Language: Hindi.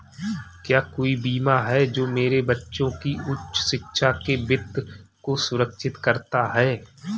क्या कोई बीमा है जो मेरे बच्चों की उच्च शिक्षा के वित्त को सुरक्षित करता है?